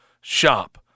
shop